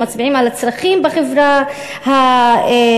שמצביעים על הצרכים בחברה הערבית.